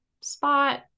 spot